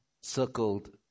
circled